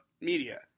media